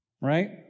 right